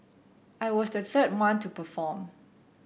I was the third one to perform